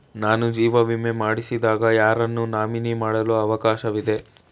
ನಾನು ಜೀವ ವಿಮೆ ಮಾಡಿಸಿದಾಗ ಯಾರನ್ನು ನಾಮಿನಿ ಮಾಡಲು ಅವಕಾಶವಿದೆ?